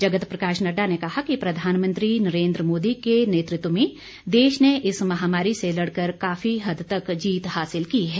जगत प्रकाश नड्डा ने कहा कि प्रधानमंत्री नरेन्द्र मोदी के नेतृत्व में देश ने इस महामारी से लड़कर काफी हद तक जीत हासिल की है